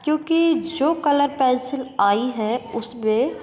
क्योंकि जो colour pencil आई हैं उसमें